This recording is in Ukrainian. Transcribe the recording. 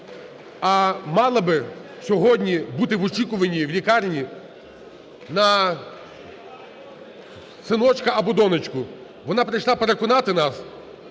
а мала би сьогодні бути в очікуванні в лікарні на синочка або донечку. Вона прийшла переконати нас